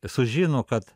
sužino kad